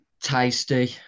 tasty